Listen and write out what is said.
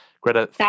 Greta